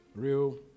real